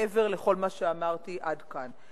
מעבר לכל מה שאמרתי עד כאן,